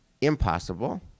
impossible